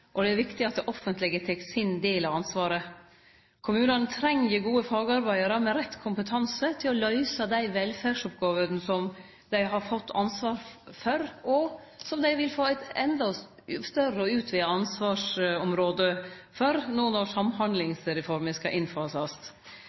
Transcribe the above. og det er viktig at det offentlege tek sin del av ansvaret. Kommunane treng gode fagarbeidarar med rett kompetanse til å løyse dei velferdsoppgåvene som dei har fått ansvar for, og som dei vil få eit endå større og utvida ansvar for no når Samhandlingsreforma skal innfasast.